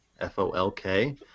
F-O-L-K